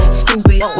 stupid